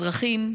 אזרחים,